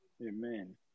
Amen